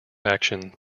action